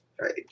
right